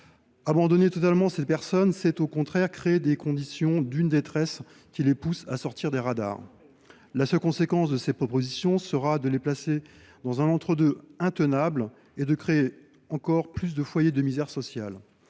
abandonner totalement ces personnes, c’est créer les conditions d’une détresse qui les pousse à sortir des radars. La seule conséquence de ces propositions sera de les placer dans un entre deux intenable, créant encore plus de foyers de misère sociale.